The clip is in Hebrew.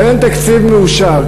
ואין תקציב מאושר.